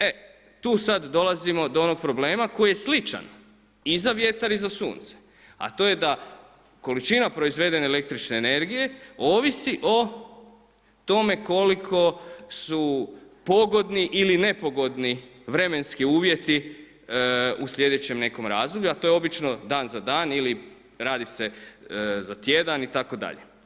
E, tu sada dolazimo do onog problema koji je sličan i za vjetar i za sunce, a to je da količina proizvedene električne energije ovisi o tome koliko su pogodni ili nepogodni vremenski uvjeti u sljedećem nekom razdoblju, a to je obično dan za dan ili radi se za tjedan itd.